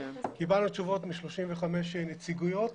קיבלנו תשובות מ-35 נציגויות